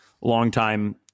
long-time